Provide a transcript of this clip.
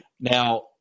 Now